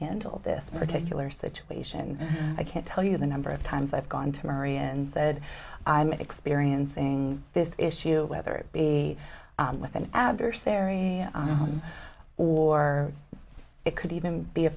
handle this particular situation i can't tell you the number of times i've gone to maria and said i'm experiencing this issue whether it be with an adversary or it could even be a